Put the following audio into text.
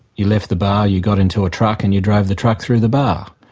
you left the bar, you got into a truck and you drove the truck through the bar,